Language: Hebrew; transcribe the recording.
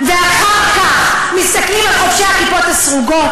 ואחר כך מסתכלים על חובשי הכיפות הסרוגות